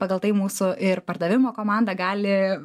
pagal tai mūsų ir pardavimo komanda gali